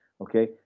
okay